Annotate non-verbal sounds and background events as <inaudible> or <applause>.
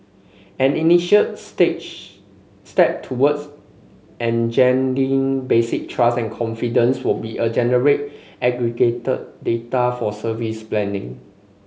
an initial stage step towards <unintelligible> basic trust and confidence would be a generate aggregated data for service planning